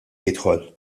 jidħol